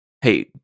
Hey